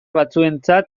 batzuentzat